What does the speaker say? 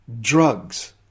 Drugs